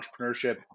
entrepreneurship